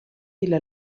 إلى